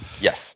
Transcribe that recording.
yes